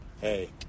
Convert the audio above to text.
Hey